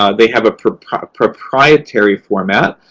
ah they have a proprietary proprietary format.